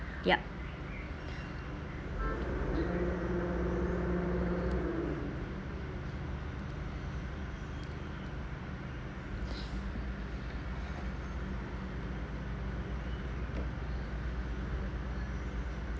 yup